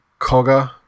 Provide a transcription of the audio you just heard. Cogger